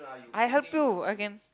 I help you I can